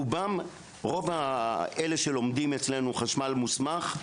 רוב אלה שלומדים אצלנו חשמל מוסמך,